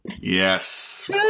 Yes